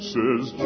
Says